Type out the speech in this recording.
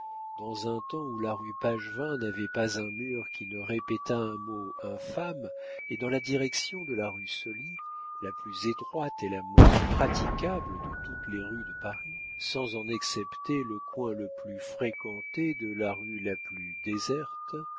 dans un temps où la rue pagevin n'avait pas un mur qui ne répétât un mot infâme et dans la direction de la rue soly la plus étroite et la moins praticable de toutes les rues de paris sans en excepter le coin le plus fréquenté de la rue la plus déserte